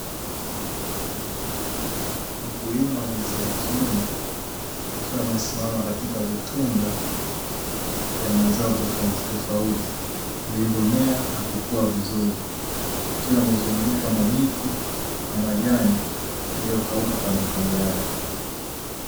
Mkulima wa jinsia ya kiume akiwa amesimama katika vitunga vya mazao tofautitofuti vilivyomea na kukua vizuri, vikiwa vimezungukwa na miti na majani yaliyo kauka kando kando yake.